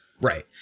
Right